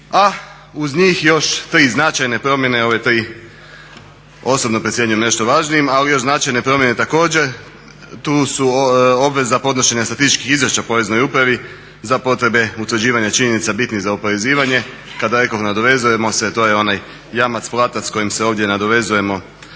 A uz njih još tri značajne promjene, ove tri osobno procjenjujem nešto važnijim, ali još značajne promjene također. Tu su obveza podnošenja statističkih izvješća Poreznoj upravi za potrebe utvrđivanja činjenica bitnih za oporezivanje, kada rekoh nadovezujemo, to je onaj jamac platac kojim se ovdje nadovezujemo